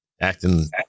Acting